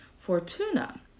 Fortuna